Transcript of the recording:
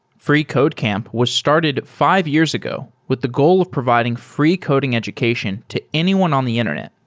freecodecamp was started five years ago with the goal of providing free coding education to anyone on the internet.